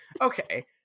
Okay